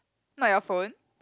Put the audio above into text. not your phone